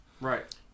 Right